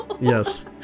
Yes